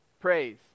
praise